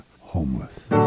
Homeless